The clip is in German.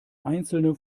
einzelne